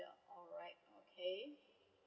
alright okay